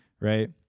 right